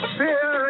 fear